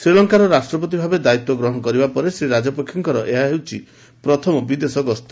ଶ୍ରୀଲଙ୍କାର ରାଷ୍ଟ୍ରପତି ଭାବେ ଦାୟିତ୍ୱ ଗ୍ରହଣ କରିବା ପରେ ଶ୍ରୀ ରାଜପକ୍ଷେଙ୍କ ଏହା ହେଉଛି ପ୍ରଥମ ବିଦେଶ ଗସ୍ତ